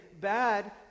Bad